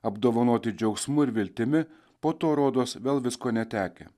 apdovanoti džiaugsmu ir viltimi po to rodos vėl visko netekę